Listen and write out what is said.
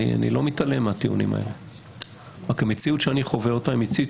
אלא שהמציאות שאני חווה אותה היא מציאות